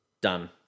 Done